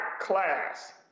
class